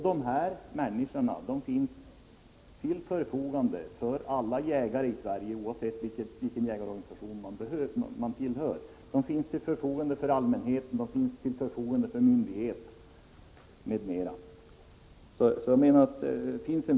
De står till förfogande för alla jägare i Sverige, oavsett vilken jägarorganisation de tillhör, och de står till förfogande för allmänheten, myndigheter m.fl.